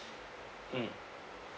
mm